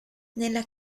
nella